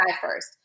first